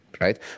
right